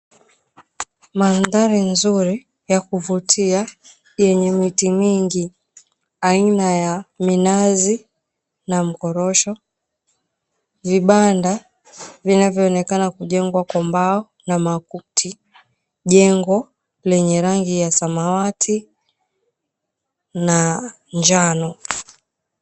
Maandhari nzuri yakuvutia yenye miti mingi aina ya minazi na mkorosho, vibanda vinavyoonekana kujengwa kwa mbao na makuti, jengo lenye rangi ya samawati na njano.